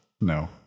no